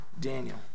Daniel